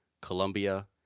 Colombia